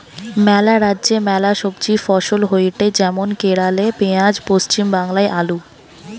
ম্যালা রাজ্যে ম্যালা সবজি ফসল হয়টে যেমন কেরালে পেঁয়াজ, পশ্চিম বাংলায় আলু